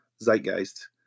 zeitgeist